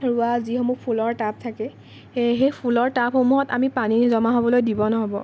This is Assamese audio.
ৰোৱা যিসমূহ ফুলৰ টাব থাকে এই সেই ফুলৰ টাবসমূহত আমি পানী জমা হ'বলৈ দিব নহ'ব